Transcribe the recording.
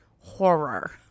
Horror